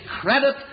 credit